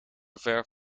ver